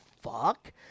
fuck